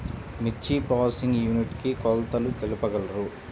మిర్చి processing unit కి కొలతలు తెలుపగలరు?